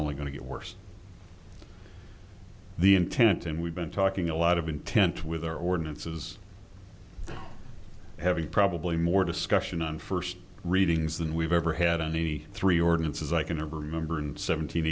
only going to get worse the intent and we've been talking a lot of intent with her ordinances having probably more discussion on first readings than we've ever had any three ordinances i can ever remember in seventeen